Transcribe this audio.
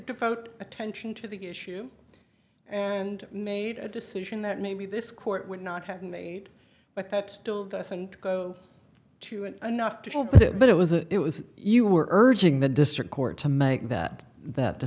devote attention to the issue and made a decision that maybe this court would not have made but that still doesn't go to an not to put it but it was it was you were urging the district court to make that that